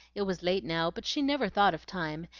it was late now, but she never thought of time,